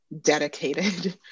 dedicated